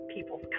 people's